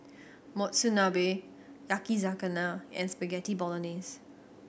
Monsunabe Yakizakana and Spaghetti Bolognese